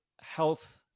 health